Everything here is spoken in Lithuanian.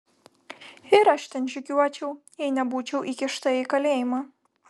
ir aš ten žygiuočiau jei nebūčiau įkišta į kalėjimą